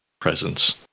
presence